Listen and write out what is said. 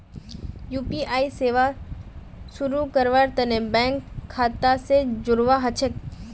UPI सेवा शुरू करवार तने बैंक खाता स जोड़वा ह छेक